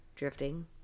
Drifting